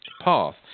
path